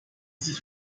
sich